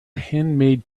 handmade